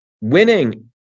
Winning